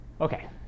Okay